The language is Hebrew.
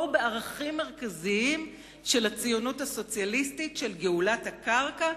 בערכים מרכזיים של הציונות הסוציאליסטית של גאולת הקרקע,